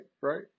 right